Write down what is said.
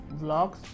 vlogs